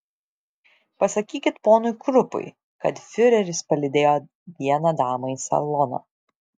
pasakykit ponui krupui kad fiureris palydėjo vieną damą į saloną